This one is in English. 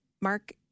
Mark